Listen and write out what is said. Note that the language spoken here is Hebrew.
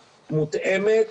מותאמת.